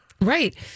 Right